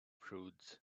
prudes